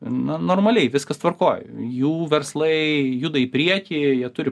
na normaliai viskas tvarkoj jų verslai juda į priekį jie turi